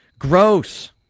Gross